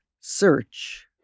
Search